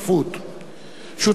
שותפות גורל אמיצה,